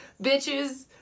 bitches